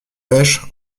pêche